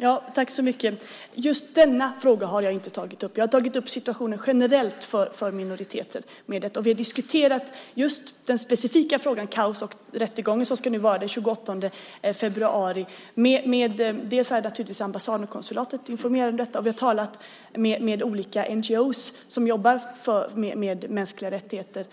Herr talman! Just denna fråga har jag inte tagit upp. Jag har tagit upp situationen generellt för minoriteter. Vi har naturligtvis informerat ambassaden och konsulatet om den specifika frågan om Kaos GL och den rättegång som ska hållas den 28 februari. Vi har också talat med olika NGO:er som dels jobbar med mänskliga rättigheter